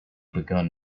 begun